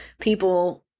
people